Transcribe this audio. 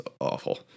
awful